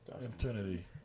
eternity